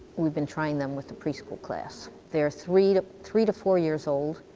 we've been trying them with the preschool class. they are three to three to four years old.